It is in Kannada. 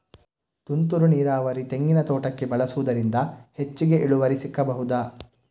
ತುಂತುರು ನೀರಾವರಿ ತೆಂಗಿನ ತೋಟಕ್ಕೆ ಬಳಸುವುದರಿಂದ ಹೆಚ್ಚಿಗೆ ಇಳುವರಿ ಸಿಕ್ಕಬಹುದ?